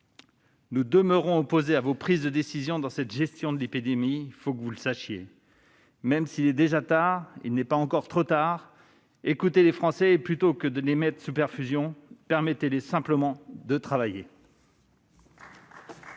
Nous demeurons opposés à vos prises de décision dans cette gestion de l'épidémie : il faut que vous le sachiez. Même s'il est déjà tard, il n'est pas encore trop tard. Écoutez les Français ; plutôt que de les mettre sous perfusion, permettez-leur simplement de travailler